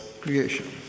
creation